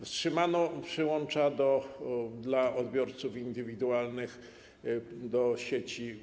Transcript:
Wstrzymano przyłącza dla odbiorców indywidualnych do sieci.